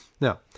Now